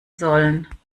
sollen